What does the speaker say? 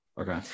Okay